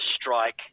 strike